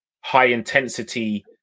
high-intensity